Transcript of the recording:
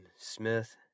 Smith